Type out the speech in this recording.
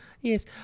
Yes